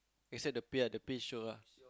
except the pay ah the pay shiok ah